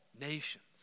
nations